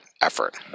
effort